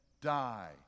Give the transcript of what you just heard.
die